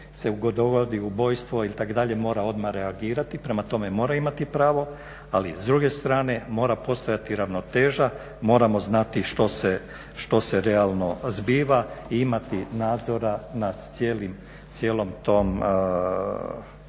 se dogodi ubojstvo ili tako dalje mora odmah reagirati, prema tome mora imati pravo ali s druge strane mora postojati ravnoteža, moramo znati što se realno zbiva i imati nadzora nad cijelom tom,